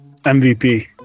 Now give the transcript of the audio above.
MVP